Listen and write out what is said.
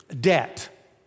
debt